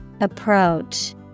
Approach